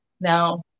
Now